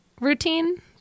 Routine